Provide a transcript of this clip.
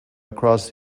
across